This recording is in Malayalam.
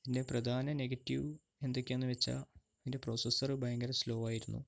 ഇതിൻ്റെ പ്രധാന നെഗറ്റീവ് എന്തൊക്കെയാണെന്ന് വെച്ചാൽ ഇതിൻ്റെ പ്രൊസസ്സർ വളരെ സ്ലോ ആയിരുന്നു